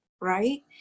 right